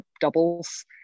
doubles